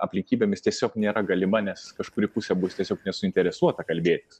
aplinkybėmis tiesiog nėra galima nes kažkuri pusė bus tiesiog nesuinteresuota kalbėtis